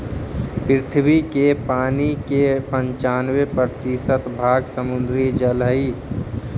पृथ्वी के पानी के पनचान्बे प्रतिशत भाग समुद्र जल हई